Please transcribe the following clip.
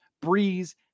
Breeze